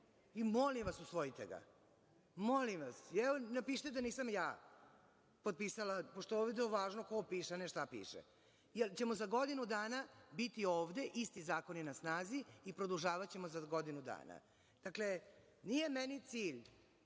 i molim vas usvojite ga. Evo, napišite da nisam ja potpisala, pošto je ovde važno ko piše, a ne šta piše, jer ćemo za godinu dana biti ovde, isti zakoni na snazi i produžavaćemo za godinu dana. Dakle, nije meni cilj